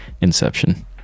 inception